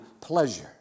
pleasure